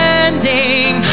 ending